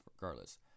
regardless